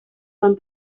van